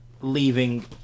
leaving